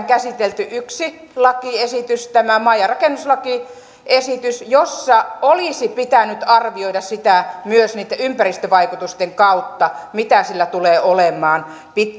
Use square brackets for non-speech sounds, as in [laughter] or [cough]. [unintelligible] käsitelty yksi lakiesitys tämä maa ja rakennuslakiesitys jossa olisi pitänyt arvioida sitä myös niitten ympäristövaikutusten kautta mitä sillä tulee olemaan